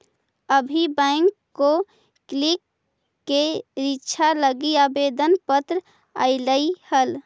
अभी बैंक के क्लर्क के रीक्षा लागी आवेदन पत्र आएलई हल